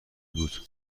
بود